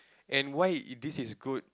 and why this is good